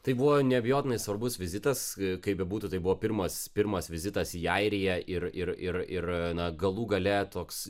tai buvo neabejotinai svarbus vizitas kaip bebūtų tai buvo pirmas pirmas vizitas į airiją ir ir ir ir na galų gale toks